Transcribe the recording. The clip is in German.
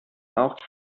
auch